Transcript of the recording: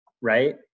right